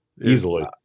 easily